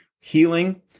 Healing